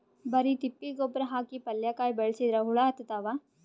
ಬರಿ ತಿಪ್ಪಿ ಗೊಬ್ಬರ ಹಾಕಿ ಪಲ್ಯಾಕಾಯಿ ಬೆಳಸಿದ್ರ ಹುಳ ಹತ್ತತಾವ?